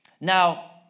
Now